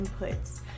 inputs